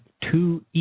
Two